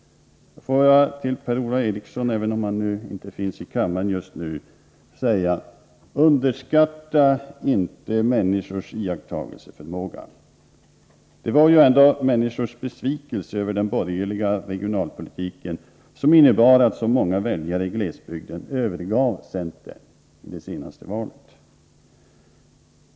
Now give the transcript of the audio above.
Får jag till Per-Ola Eriksson, även om han just nu inte finns i kammaren, säga: Underskatta inte människors iakttagelseförmåga! Det var ju ändå människors besvikelse över den borgerliga regionalpolitiken som innebar att så många väljare i glesbygd övergav centern i det senaste valet.